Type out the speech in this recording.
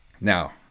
Now